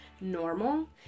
normal